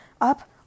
Up